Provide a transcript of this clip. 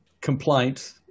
complaint